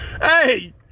Hey